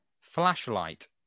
Flashlight